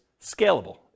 scalable